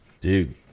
Dude